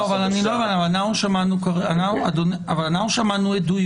אבל שמענו עדויות